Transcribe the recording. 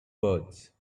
birds